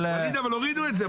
ווליד, אבל הורידו את זה.